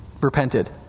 repented